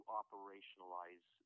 operationalize